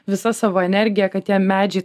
visa savo energija kad tie medžiai